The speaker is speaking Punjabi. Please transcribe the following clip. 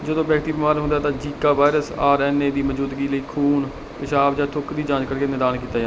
ਜਦੋਂ ਵਿਅਕਤੀ ਬਿਮਾਰ ਹੁੰਦਾ ਹੈ ਤਾਂ Zika virus R N A ਦੀ ਮੌਜੂਦਗੀ ਲਈ ਖੂਨ ਪਿਸ਼ਾਬ ਜਾਂ ਥੁੱਕ ਦੀ ਜਾਂਚ ਕਰਕੇ ਨਿਦਾਨ ਕੀਤਾ ਜਾਂਦਾ ਹੈ